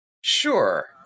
Sure